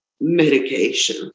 medication